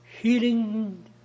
healing